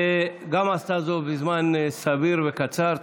וגם עשתה זאת בזמן סביר וקצר.